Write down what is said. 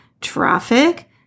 traffic